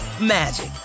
magic